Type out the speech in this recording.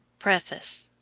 preface.